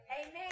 Amen